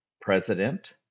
president